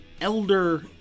elder